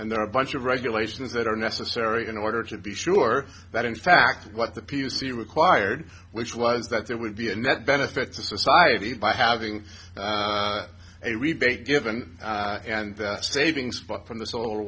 and there are a bunch of regulations that are necessary in order to be sure that in fact what the p c required which was that there would be a net benefit to society by having a rebate given and that savings from th